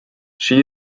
she